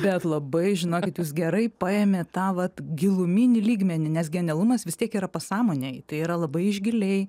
bet labai žinokit jūs gerai paėmė tą vat giluminį lygmenį nes genialumas vis tiek yra pasąmonėj tai yra labai iš giliai